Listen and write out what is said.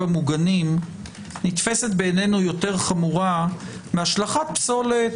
מוגנים נתפסת בעינינו יותר חמורה מהשלכת פסולת